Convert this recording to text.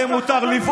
להם מותר.